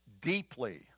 deeply